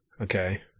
Okay